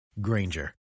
Granger